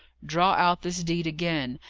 draw out this deed again,